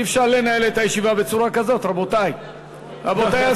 אי-אפשר לנהל את הישיבה בצורה כזאת, רבותי.